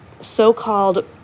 so-called